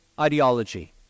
ideology